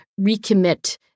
recommit